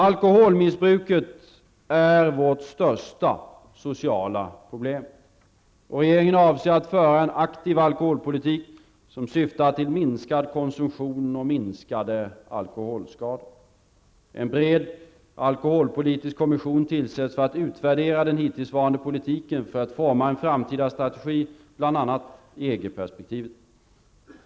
Alkoholmissbruket är vårt största sociala problem. Regeringen avser att föra en aktiv alkoholpolitik som syftar till minskad konsumtion och minskade alkoholskador. En bred alkoholpolitisk kommission tillsätts för att utvärdera den hittillsvarande politiken och för att forma en framtida stragegi, bl.a. i EG perspektivet.